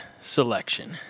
selection